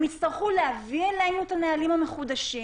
הם יצטרכו להביא אלינו את הנהלים המחודשים,